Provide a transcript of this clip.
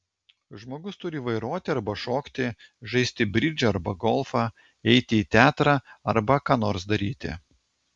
žmogus turi vairuoti arba šokti žaisti bridžą arba golfą eiti į teatrą arba ką nors daryti